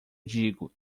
digo